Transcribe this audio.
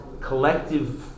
collective